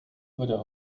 würde